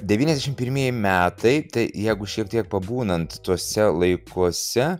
devyniasdešim pirmieji metai tai jeigu šiek tiek pabūnant tuose laikuose